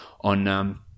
on